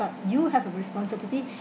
but you have the responsibility